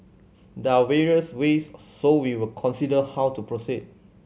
there are various ways so we will consider how to proceed